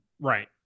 right